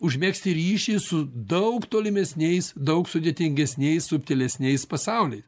užmegzti ryšį su daug tolimesniais daug sudėtingesniais subtilesniais pasauliais